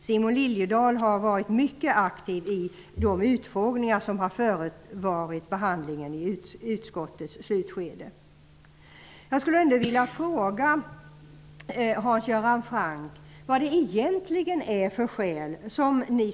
Simon Liliedahl har varit mycket aktiv i de utfrågningar som har förevarit slutskedet av behandlingen i utskottet.